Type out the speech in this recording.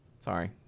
sorry